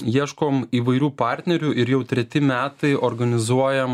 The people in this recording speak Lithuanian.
ieškom įvairių partnerių ir jau treti metai organizuojam